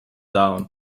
down